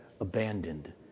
abandoned